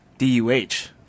D-U-H